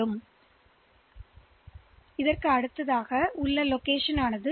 எனவே இந்த அடுக்கு மேல்நோக்கி வளரும்